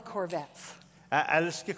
Corvettes